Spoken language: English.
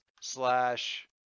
slash